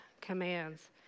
commands